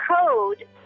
code